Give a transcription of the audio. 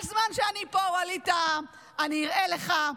כל זמן שאני פה, ווליד טאהא, אני אראה לך,